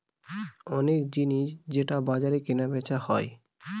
অনেক জিনিস যেটা বাজারে কেনা বেচা হয়